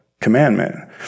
commandment